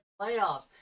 playoffs